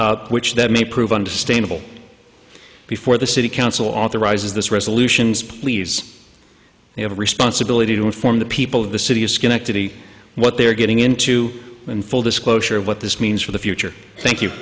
status which that may prove understandable before the city council authorizes this resolution's please they have a responsibility to inform the people of the city of schenectady what they're getting into and full disclosure of what this means for the future thank you